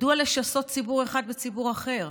מדוע לשסות ציבור אחד בציבור אחר?